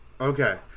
Okay